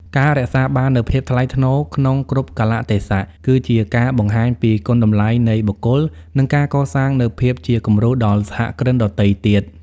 ការរក្សាបាននូវ "ភាពថ្លៃថ្នូរក្នុងគ្រប់កាលៈទេសៈ" គឺជាការបង្ហាញពីគុណតម្លៃនៃបុគ្គល និងការកសាងនូវភាពជាគំរូដល់សហគ្រិនដទៃទៀត។